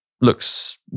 looks